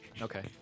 Okay